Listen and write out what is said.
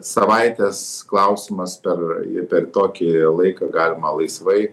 savaitės klausimas per per tokį laiką galima laisvai